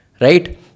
Right